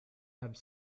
have